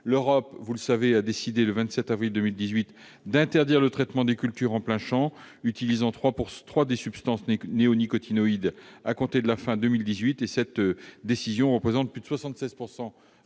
L'Europe a décidé, le 27 avril 2018, d'interdire le traitement des cultures en plein champ utilisant trois des substances néonicotinoïdes à compter de la fin de 2018. Cette décision, qui concerne plus de 76